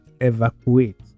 evacuate